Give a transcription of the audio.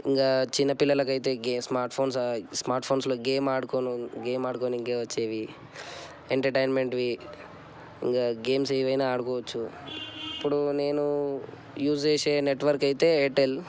ఇంకా చిన్న పిల్లలకు అయితే గే స్మార్ట్ ఫోన్స్ స్మార్ట్ ఫోన్స్లో గేమ్ ఆడుకోనో గేమ్ ఆడుకోవడానికి వచ్చేవి ఎంటర్టైన్మెంట్వి ఇంకా గేమ్స్ ఏవైనా ఆడుకోవచ్చు ఇప్పుడు నేను యూస్ చేసే నెట్వర్క్ అయితే ఎయిర్టెల్